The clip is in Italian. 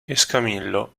escamillo